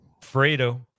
Fredo